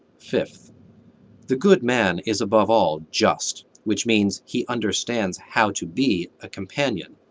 fifth the good man is above all just, which means he understands how to be a companion.